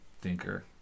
thinker